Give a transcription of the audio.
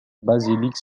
basilique